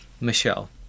Michelle